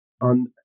on